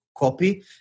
copy